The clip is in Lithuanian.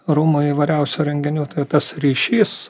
rūmų įvairiausių renginių tai tas ryšys